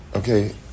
Okay